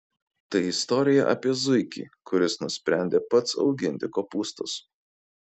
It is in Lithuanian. tai istorija apie zuikį kuris nusprendė pats auginti kopūstus